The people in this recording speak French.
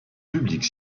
publique